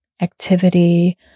activity